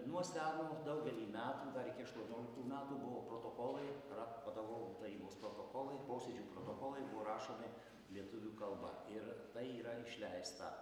nuo seno daugelį metų dar iki aštuonioliktų metų buvo protokolai ra vadovų tarybos protokolai posėdžių protokolai buvo rašomi lietuvių kalba ir tai yra išleista